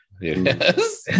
yes